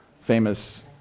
Famous